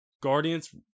Guardians